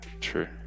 True